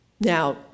Now